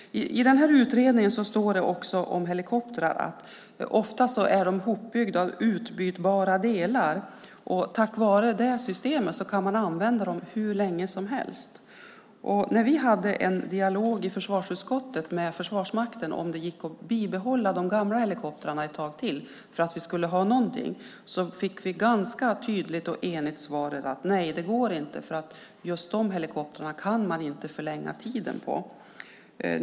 I utredningen står det också att helikoptrar ofta är hopbyggda av utbytbara delar och tack vare det systemet kan man använda dem hur länge som helst. Men när vi i försvarsutskottet hade en dialog med Försvarsmakten om det gick att behålla de gamla helikoptrarna ett tag till för att vi skulle ha någonting fick vi ganska tydligt och enigt svaret att nej, det går inte, för just dessa helikoptrar kan man inte förlänga livslängden på.